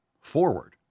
forward